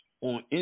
on